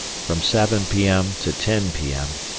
from seven p m. to ten p m,